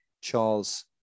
Charles